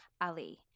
Ali